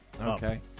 Okay